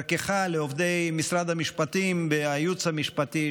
לעובדי משרד המשפטים והייעוץ המשפטי,